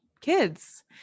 kids